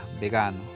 vegano